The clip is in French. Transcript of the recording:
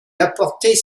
apporter